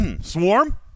Swarm